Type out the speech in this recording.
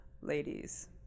ladies